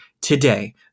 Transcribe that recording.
today